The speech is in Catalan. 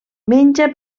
menja